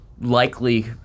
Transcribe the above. likely